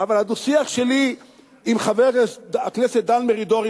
אבל הדו-שיח שלי עם חבר הכנסת דן מרידור,